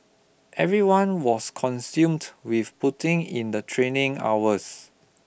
everyone was consumed with putting in the training hours